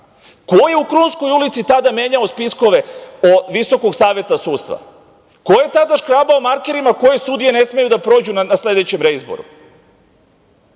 je u Krunskoj ulici tada menjao spiskove o Visokom savetu sudstva? Ko je tada škrabao markerima koje sudije ne smeju da prođu na sledeće izbore?